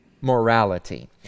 morality